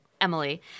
Emily